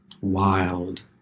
wild